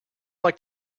like